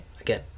again